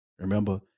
Remember